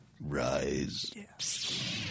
Rise